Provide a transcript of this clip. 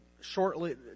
shortly